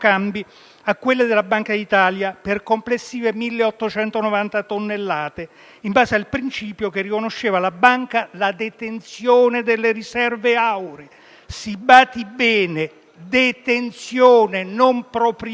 a quelle della Banca d'Italia, per complessive 1.890 tonnellate, in base al principio che riconosceva alla Banca la detenzione delle riserve auree - si badi bene, detenzione e non proprietà